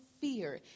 fear